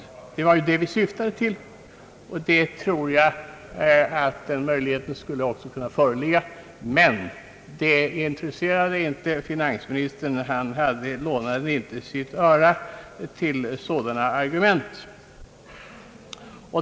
Det är detta vi har syftat till, och jag tror också att möjligheten härtill förelegat. Men det intresserade inte finansministern. Han lånade inte sitt öra till sådana argument.